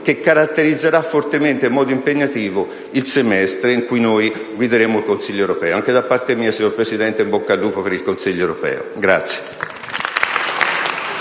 che caratterizzerà fortemente il semestre in cui noi guideremo il Consiglio europeo. Anche da parte mia, signor Presidente, in bocca al lupo per il Consiglio europeo.